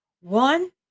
one